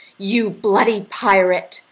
you bloody pirate,